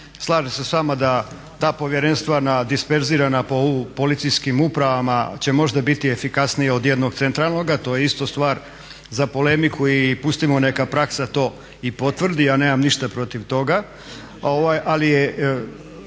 Slažem se s vama da ta povjerenstva disperzirana po policijskim upravama će možda biti efikasnija od jednog centralnog. To je isto stvar za polemiku i pustimo neka praksa to i potvrdi, ja nemam ništa protiv toga.